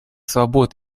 свобод